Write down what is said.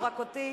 לא רק אותי,